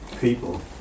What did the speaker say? People